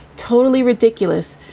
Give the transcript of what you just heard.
totally ridiculous.